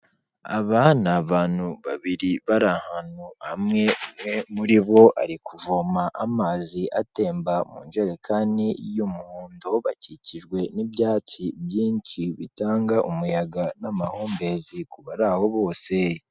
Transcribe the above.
Aba ni abantu babiri bari ahantu hamwe, umwe muri bo ari kuvoma amazi atemba mu njerekani y'umuhondo, bakikijwe n'ibyatsi byinshi bitanga umuyaga n'amahumbezi ku bari aho bose.